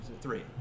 three